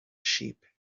sheep